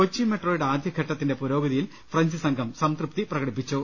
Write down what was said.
കൊച്ചി മെട്രോയുടെ ആദ്യഘട്ടത്തിന്റെ പുരോഗതിയിൽ ഫ്രഞ്ച് സംഘം സംതൃപ്തി പ്രകടിപ്പിച്ചു